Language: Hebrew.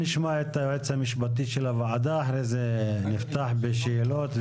נשמע את היועץ המשפטי של הוועדה ואז נפתח בשאלות.